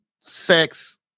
sex